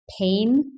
pain